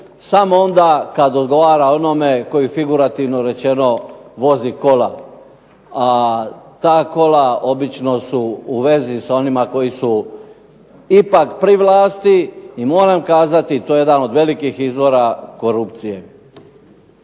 samo onda kad odgovara onome koji figurativno rečeno vozi kola. A ta kola obično su u vezi s onima koji su ipak pri vlasti. I moram kazati, to je jedan od velikih izvora korupcije.